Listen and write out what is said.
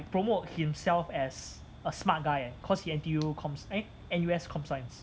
promote himself as a smart guy eh cause he N_T_U com science eh N_U_S com science